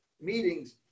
meetings